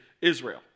Israel